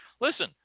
Listen